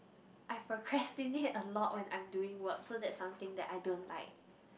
I have procrastinate a lot when I'm doing work so that something that I don't like